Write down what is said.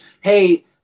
Hey